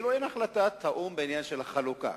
כאילו אין החלטת או"ם בעניין החלוקה,